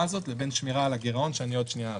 הזאת לבין שמירה על הגירעון שאני בעוד שנייה אראה.